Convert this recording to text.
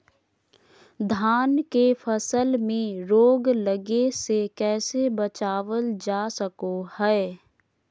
धान के फसल में रोग लगे से कैसे बचाबल जा सको हय?